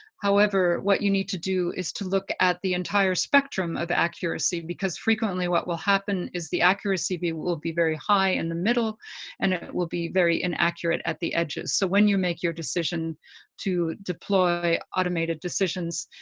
however, what you need to do is to look at the entire spectrum of accuracy, because frequently, what will happen is the accuracy will be very high in the middle and it will be very inaccurate at the edges. so when you make your decision to deploy automated decisions,